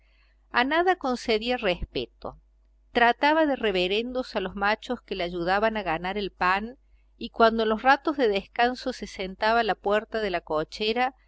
a nada concedía respeto trataba de reverendos a los machos que le ayudaban a ganar el pan y cuando en los ratos de descanso se sentaba a la puerta de la cochera